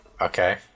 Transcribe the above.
Okay